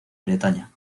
bretaña